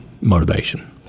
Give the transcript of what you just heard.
motivation